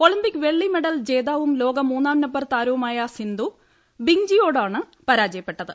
ഒളനിമ്പിക്സ് വെളളി മെഡൽ ജേതാവും ലോക മൂന്നാം നമ്പർ താരവുമായ സിന്ധു ബിങ്ജിയോയോടാണ് പരാജയപ്പെട്ടത്